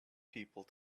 people